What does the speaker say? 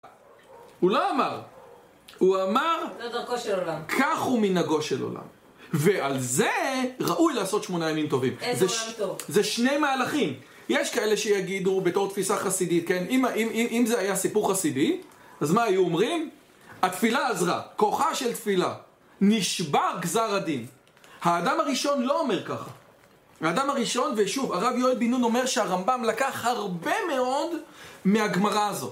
הוא לא אמר. הוא אמר כך הוא מנהגו של עולם. ועל זה ראוי לעשות שמונה ימים טובים. איזה עולם טוב. זה שני מהלכים. יש כאלה שיגידו בתור תפיסה חסידית, אם זה היה סיפור חסידי, אז מה היו אומרים? התפילה עזרה. כוחה של תפילה. נשבר גזר הדין. האדם הראשון לא אומר ככה. האדם הראשון, ושוב, הרב יואל בן נון אומר שהרמב״ם לקח הרבה מאוד מהגמרא הזאת.